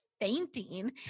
fainting